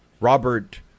Robert